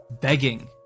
begging